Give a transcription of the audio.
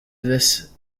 this